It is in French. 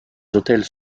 hôtels